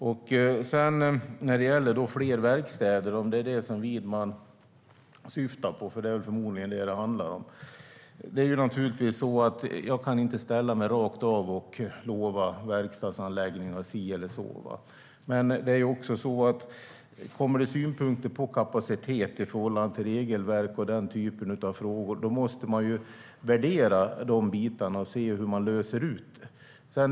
När det gäller frågan om fler verkstäder - det är förmodligen detta Widman syftar på - är det naturligtvis så att jag inte kan ställa mig och lova rakt av verkstadsanläggningar si eller så. Men kommer det synpunkter och frågor om kapacitet i förhållande till regelverk måste man värdera de bitarna och se hur man löser det.